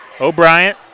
O'Brien